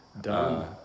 Done